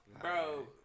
Bro